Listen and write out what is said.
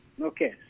Okay